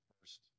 first